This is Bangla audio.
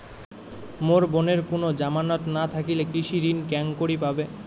মোর বোনের কুনো জামানত না থাকিলে কৃষি ঋণ কেঙকরি পাবে?